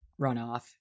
runoff